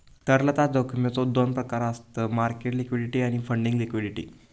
तरलता जोखमीचो दोन प्रकार आसत मार्केट लिक्विडिटी आणि फंडिंग लिक्विडिटी